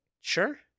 Sure